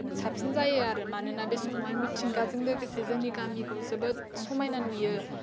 साबसिन जायो आरो मानोना बे समावहाय मिथिंगाजों लोगोसे जोंनि गामिखौ जोबोद समायना नुयो